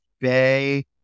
Bay